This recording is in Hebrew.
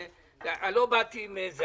אני לא באתי עם זה.